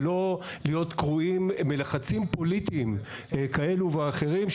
ולא להיות קרועים בלחצים פוליטיים כאלו ואחרים,